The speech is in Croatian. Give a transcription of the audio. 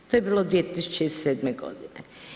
To je bilo 2007. godine.